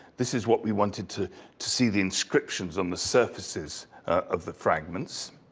this is what we wanted, to to see the inscriptions on the surfaces of the fragments.